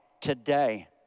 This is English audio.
today